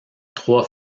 trois